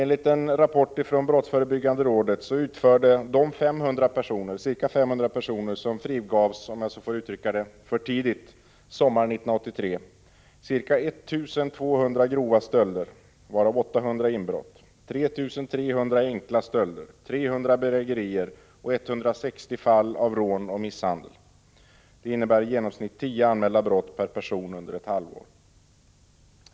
Enligt en rapport från brottsförebyggande rådet utförde de ca 500 personer som frigavs ”för tidigt” sommaren 1983 ca 1 200 grova stölder — varav 800 inbrott —, 3 300 enkla stölder, 300 bedrägerier och 160 rån och misshandel. Det innebär i genomsnitt tio anmälda brott per person under ett halvår.